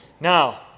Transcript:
Now